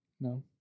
No